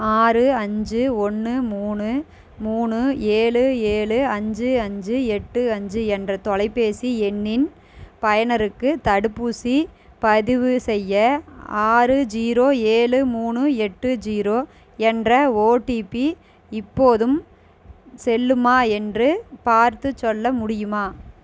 ஆறு அஞ்சு ஒன்று மூணு மூணு ஏழு ஏழு அஞ்சு அஞ்சு எட்டு அஞ்சு என்ற தொலைப்பேசி எண்ணின் பயனருக்கு தடுப்பூசி பதிவு செய்ய ஆறு ஜீரோ ஏழு மூணு எட்டு ஜீரோ என்ற ஓடிபி இப்போதும் செல்லுமா என்று பார்த்து சொல்ல முடியுமா